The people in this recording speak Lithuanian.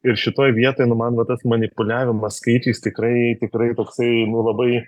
ir šitoj vietoj nu man va tas manipuliavimas skaičiais tikrai tikrai toksai nu labai